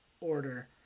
order